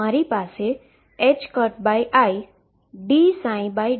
આ માટે મારી પાસે idψ dx હશે